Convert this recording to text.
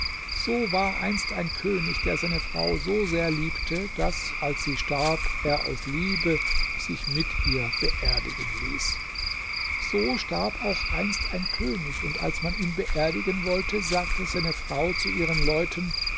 so war einst ein könig der seine frau so sehr liebte daß als sie starb er aus liebe sich mit ihr beerdigen ließ so starb auch einst ein könig und als man ihn beerdigen wollte sagte seine frau zu ihren leuten